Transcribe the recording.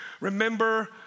Remember